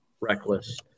reckless